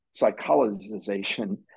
psychologization